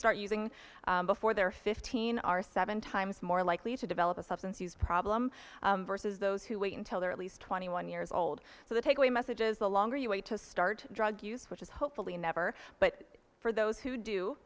start using before they're fifteen are seven times more likely to develop a substance use problem versus those who wait until they're at least twenty one years old so the takeaway message is the longer you wait to start drug use which is hopefully never but for those who do